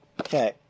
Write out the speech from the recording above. Okay